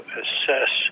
assess